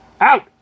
Out